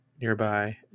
nearby